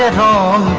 home.